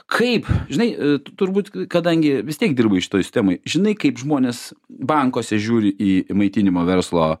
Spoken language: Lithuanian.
kaip žinai turbūt kadangi vis tiek dirbai šitoj sistemoj žinai kaip žmonės bankuose žiūri į maitinimo verslo